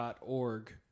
org